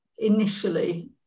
initially